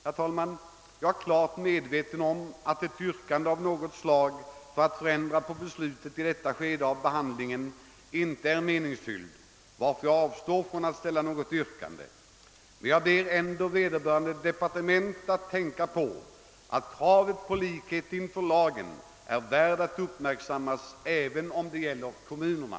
Jag är klart medveten om att ett yrkande av något slag för att ändra på beslutet i detta skede av behandlingen inte är meningsfyllt, varför jag avstår från att ställa något yrkande. Men jag ber ändå vederbörande departement att tänka på att kravet på likhet inför lagen är värt att uppmärksammas även om det gäller kommunerna.